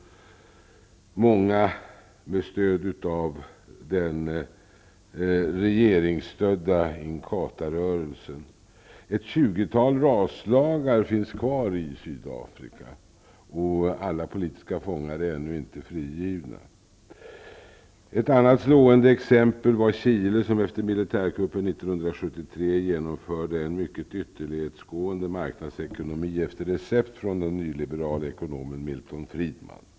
Många av dem dödades med stöd av den regeringsstödda Inkatha-rörelsen. Ett tjugotal raslagar finns kvar i Sydafrika, och alla politiska fångar är ju ännu inte frigivna. Ett annat slående exempel var Chile, som efter militärkuppen 1973 genomförde en mycket ytterlighetsgående marknadsekonomi efter recept från den nyliberale ekonomen Milton Friedman.